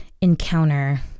encounter